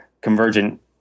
convergent